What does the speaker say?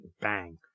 bang